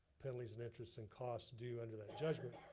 penalties and interests in cost due onto that judgment.